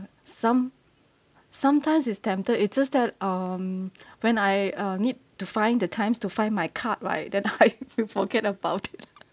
some sometimes is tempted it's just that um when I uh need to find the times to find my card right then I will forget about it